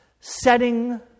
setting